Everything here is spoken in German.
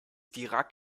dirac